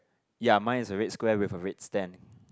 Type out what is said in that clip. ya mine is a red square with a red stand